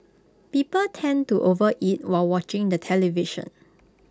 people tend to overeat while watching the television